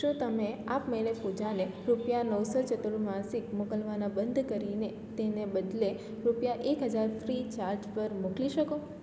શું તમે આપમેળે પૂજાને રૂપિયા નવસો ચતુર્માસિક મોકલવાના બંધ કરીને તેને બદલે રૂપિયા એક હજાર ફ્રી ચાર્જ પર મોકલી શકો